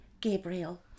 Gabriel